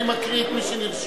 אני מקריא את מי שנרשם,